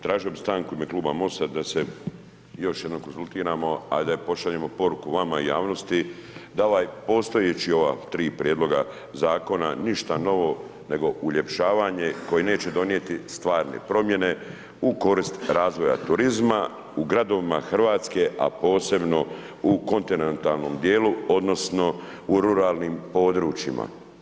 Tražio bi stanku u ime kluba MOST-a da se još jednom konzultiramo a da pošaljemo poruku vama i javnosti da ova postojeća tri prijedloga zakona ništa novo nego uljepšavanje koje neće donijeti stvarne promjene u korist razvoja turizma u gradovima Hrvatske a posebno u kontinentalnom djelu odnosno u ruralnim područjima.